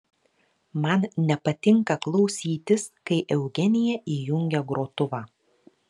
man nepatinka klausytis kai eugenija įjungia grotuvą